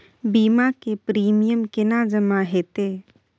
बीमा के प्रीमियम केना जमा हेते?